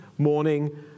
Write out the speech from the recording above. morning